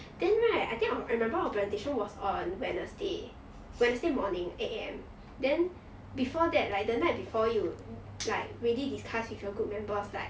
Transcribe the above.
then right I think I remember our orientation was on wednesday wednesday morning eight A_M then before that like the night before you like really discuss with your group members like